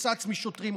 מפוצץ משוטרים.